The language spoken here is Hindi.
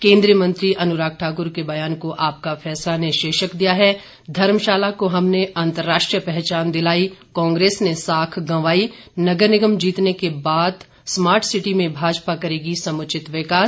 केन्द्रीय मंत्री अनुराग ठाकुर के बयान को आपका फैसला ने शीर्षक दिया है धर्मशाला को हमने अंतर्राष्ट्रीय पहचान दिलाई कांग्रेस ने साख गंवाई नगर निगम जीतने के बाद स्मार्ट सिटी में भाजपा करेगी समुचित विकास